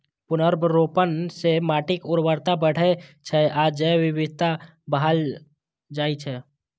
पुनर्वनरोपण सं माटिक उर्वरता बढ़ै छै आ जैव विविधता बहाल होइ छै